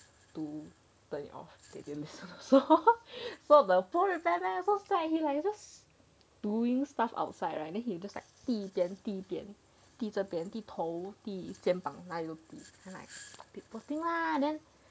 to turn it off but they didn't listen so so the poor repairman so sad he like just doing stuff outside right then he just like 滴一点滴一点滴头滴肩旁那里都滴 then I find it poor thing lah then